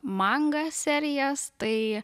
manga serijas tai